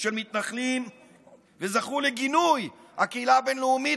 של מתנחלים וזכו לגינוי הקהילה הבין-לאומית,